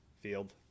Field